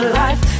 life